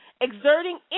exerting